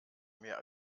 mehr